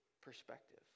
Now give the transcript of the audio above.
perspective